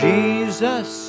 Jesus